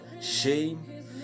shame